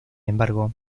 embargo